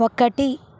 ఒకటి